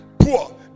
poor